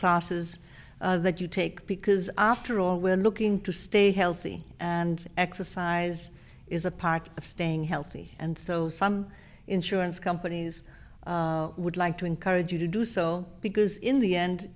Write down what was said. classes that you take because after all we're looking to stay healthy and exercise is a part of staying healthy and so some insurance companies would like to encourage you to do so because in the end